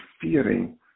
fearing